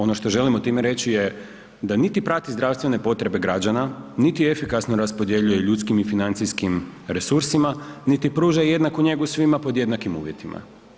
Ono što želimo time reći je da niti prati zdravstvene potrebe građa, niti efikasno raspodjeljuje ljudskim i financijskim resursima, niti pruža jednaku njegu svima pod jednakim uvjetima.